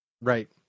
Right